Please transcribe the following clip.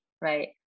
right